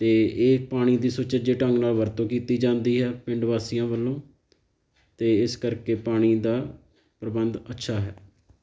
ਅਤੇ ਇਹ ਪਾਣੀ ਦੀ ਸੁਚੱਜੇ ਢੰਗ ਨਾਲ ਵਰਤੋਂ ਕੀਤੀ ਜਾਂਦੀ ਹੈ ਪਿੰਡ ਵਾਸੀਆਂ ਵੱਲੋਂ ਅਤੇ ਇਸ ਕਰਕੇ ਪਾਣੀ ਦਾ ਪ੍ਰਬੰਧ ਅੱਛਾ ਹੈ